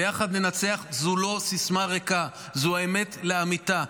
ביחד ננצח זה לא סיסמה ריקה, זה אמת לאמיתה.